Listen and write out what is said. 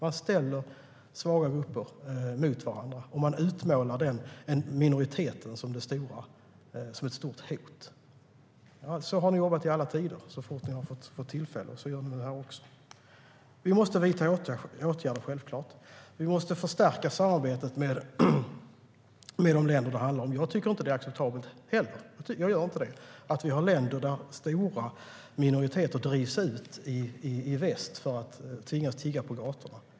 De ställer svaga grupper mot varandra, och de utmålar en minoritet som ett stort hot. Så har ni jobbat i alla tider så fort ni har fått tillfälle, och så gör ni nu här också. Vi måste självfallet vidta åtgärder. Vi måste förstärka samarbetet med de länder det handlar om. Jag tycker inte heller att det är acceptabelt att vi har länder där stora minoriteter drivs ut i väst för att tvingas tigga på gatorna.